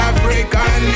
African